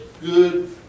good